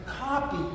copy